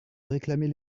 réclamer